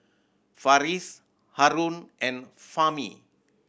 Farish Haron and Fahmi